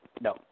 No